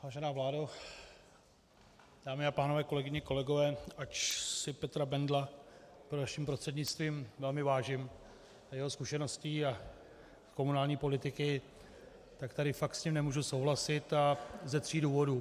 Vážená vládo, dámy a pánové, kolegyně, kolegové, ač si Petra Bendla vaším prostřednictvím velmi vážím, jeho zkušeností z komunální politiky, tak tady fakt s ním nemůžu souhlasit ze tří důvodů.